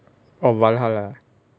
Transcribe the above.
orh விளையாடலம்:vilaiyaadalaam